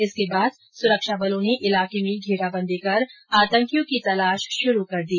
इसके बाद सुरक्षा बलों ने इलाके में घेरा बंदी कर आतंकियों की तलाश शुरू कर दी